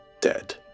dead